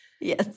Yes